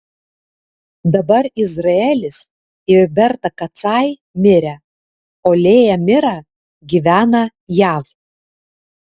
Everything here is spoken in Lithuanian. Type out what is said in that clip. dabar izraelis ir berta kacai mirę o lėja mira gyvena jav